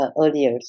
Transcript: earlier